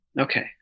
Okay